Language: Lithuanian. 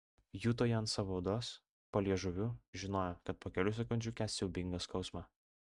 juto ją ant savo odos po liežuviu žinojo kad po kelių sekundžių kęs siaubingą skausmą